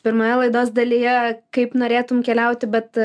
pirmoje laidos dalyje kaip norėtum keliauti bet